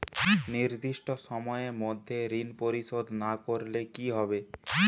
নির্দিষ্ট সময়ে মধ্যে ঋণ পরিশোধ না করলে কি হবে?